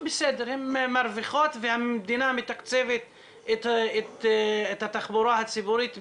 החברות מרוויחות והמדינה מתקצבת את התחבורה הציבורית במיליארדים,